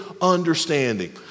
understanding